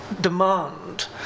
demand